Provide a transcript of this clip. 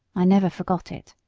i never forgot it.